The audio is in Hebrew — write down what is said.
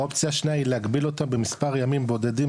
אופציה שנייה היא להגביל אותה במספר ימים בודדים,